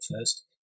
first